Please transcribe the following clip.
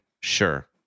Sure